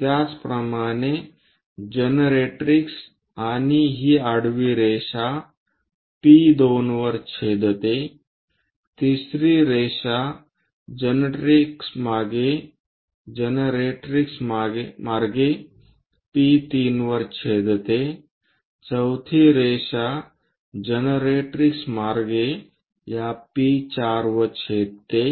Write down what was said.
त्याचप्रमाणे जनरेट्रीक्स आणि ही आडवी रेषा P2 वर छेदते 3 री रेषा जनरेट्रिक्स मार्गे P3 वर छेदते 4थी रेषा जनरेट्रिक्स मार्गे या P4 वर छेदते